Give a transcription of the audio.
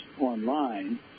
online